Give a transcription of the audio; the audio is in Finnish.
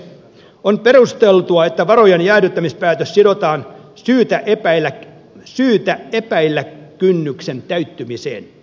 on perusteltua että varojen jäädyttämispäätös sidotaan syytä epäillä kynnyksen täyttymiseen